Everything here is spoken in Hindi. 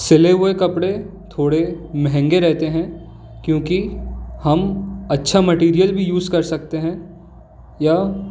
सिले हुए कपड़े थोड़े महँगे रेहते हैं क्योंकि हम अच्छा मटेरियल भी यूज़ कर सकते हैं या